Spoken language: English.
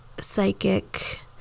psychic